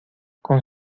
con